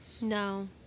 No